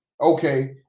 okay